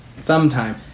sometime